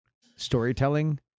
storytelling